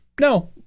No